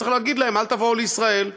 צריך להגיד להם: אל תבואו לישראל.